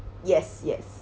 yes yes